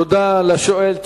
תודה לשואל,